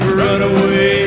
runaway